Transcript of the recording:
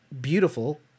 beautiful